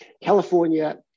California